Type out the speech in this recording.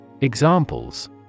Examples